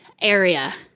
area